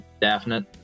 definite